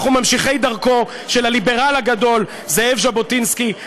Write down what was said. אנחנו ממשיכי דרכו של הליברל הגדול זאב ז'בוטינסקי,